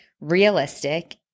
REALISTIC